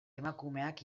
emakumeak